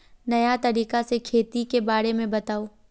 नया तरीका से खेती के बारे में बताऊं?